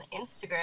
Instagram